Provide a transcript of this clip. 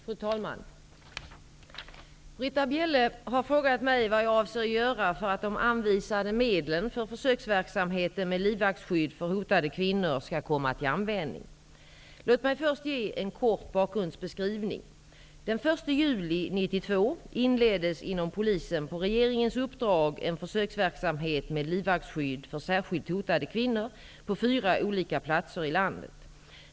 Fru talman! Britta Bjelle har frågat mig vad jag avser göra för att de anvisade medlen för försöksverksamheten med livvaktsskydd för hotade kvinnor skall komma till användning. Låt mig först ge en kort bakgrundsbeskrivning. Den 1 juli 1992 inleddes inom polisen på regeringens uppdrag en försöksverksamhet med livvaktsskydd för särskilt hotade kvinnor på fyra olika platser i landet.